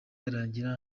yarangira